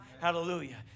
Hallelujah